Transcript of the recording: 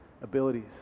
abilities